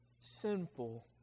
sinful